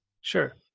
Sure